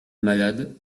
malade